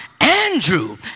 andrew